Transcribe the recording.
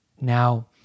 Now